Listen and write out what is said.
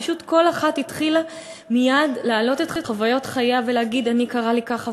פשוט כל אחת התחילה מייד להעלות את חוויות חייה ולהגיד: לי קרה ככה,